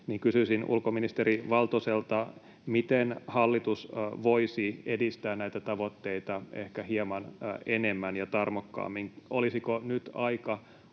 Kysyisin ulkoministeri Valtoselta, miten hallitus voisi edistää näitä tavoitteita ehkä hieman enemmän ja tarmokkaammin. Olisiko nyt aika